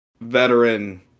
veteran